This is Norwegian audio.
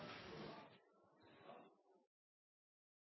takk